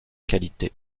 qualité